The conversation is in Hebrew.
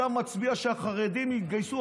אתה מצביע שהחרדים יתגייסו,